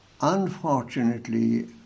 unfortunately